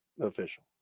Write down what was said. official